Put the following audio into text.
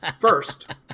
First